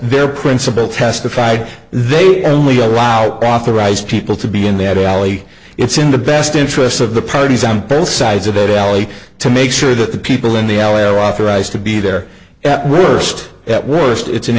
their principal testified they only allow authorized people to be in that alley it's in the best interests of the parties on both sides of that alley to make sure that the people in the alley are authorized to be there at worst at worst it's an